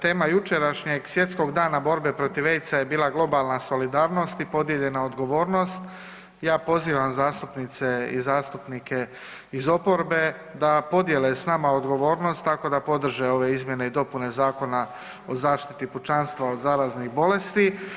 Tema jučerašnjeg Svjetskog dana borbe protiv AIDS-a je bila globalna solidarnost i podijeljena odgovornost, ja pozivam zastupnice i zastupnike iz oporbe da podijele s nama odgovornost tako da podrže ove izmjene i dopune Zakona o zaštiti pučanstva od zaraznih bolesti.